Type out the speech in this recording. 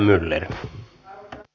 arvoisa puhemies